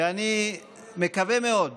ואני מקווה מאוד